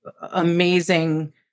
amazing